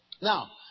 Now